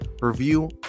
review